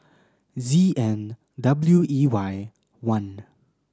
Z N W E Y one